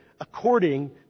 according